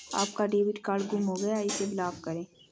आपका debit card गुम हो गया है इसे ब्लॉक करें